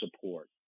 support